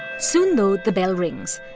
soon, though, the bell rings,